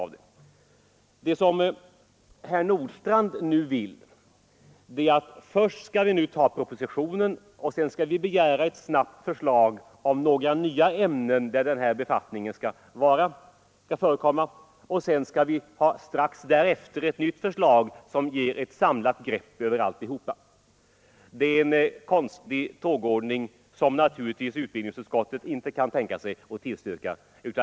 Herr Nordstrandh vill nu att vi först skall ta propositionen och sedan begära ett snabbt förslag om nya ämnen där denna befattning skall förekomma. Strax därefter skall vi ha ett nytt förslag som ger ett samlat grepp. Det är en konstig tågordning som utbildningsutskottet naturligtvis inte kan tillstyrka.